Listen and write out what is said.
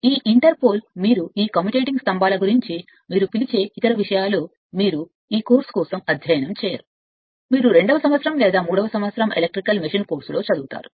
ఈ interpole మీరు ఈ కమ్యుటేటింగ్ స్తంభాల గురించి మీరు పిలిచే ఇతర విషయాలు మీరు ఈ కోర్సు కోసం అధ్యయనం చేయరు మీరు రెండవ సంవత్సరం లేదా మూడవ సంవత్సరం ఎలక్ట్రికల్ మెషిన్ కోర్సులో చదువుతారు